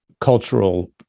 cultural